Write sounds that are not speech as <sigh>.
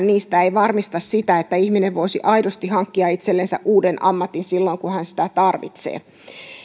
<unintelligible> niistä ei varmista sitä että ihminen voisi aidosti hankkia itsellensä uuden ammatin silloin kun hän sitä tarvitsee